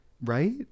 Right